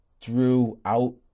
throughout